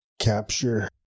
capture